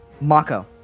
Mako